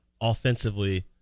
offensively